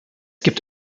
gibt